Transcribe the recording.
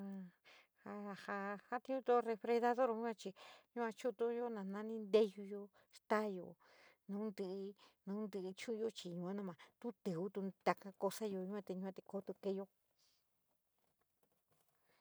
Ja, ja, ja, santiuntu refrigerador yuachi chou´untuyo nanani nteyuyo, staiyo nounti te ahuyou jii yua namou tuo tivi taka cosayo yuate, yuate, yuate kototeyo.